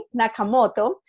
Nakamoto